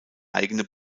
eigene